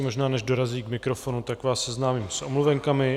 Možná, než dorazí k mikrofonu, tak vás seznámím s omluvenkami.